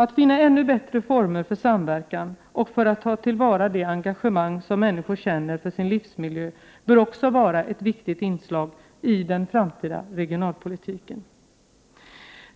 Att finna ännu bättre former för samverkan och för att ta till vara det engagemang som människor känner för sin livsmiljö bör också vara ett viktigt inslag i den framtida regionalpolitiken.